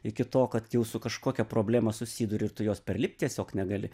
iki to kad jau su kažkokia problema susiduri ir tu jos perlipt tiesiog negali